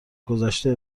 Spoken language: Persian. گذشته